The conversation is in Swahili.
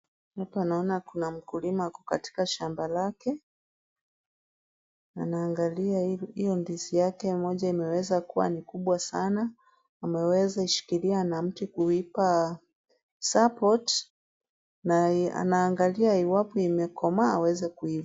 Hapa tunaona mkulima ako katika shamba lake, anaangalia hiyo ndizi yake moja imeweza kuwa ni kubwa sana. Ameweza ishikilia na mti kuipa support na anaangalia iwapo imekomaa aweze kuivuna.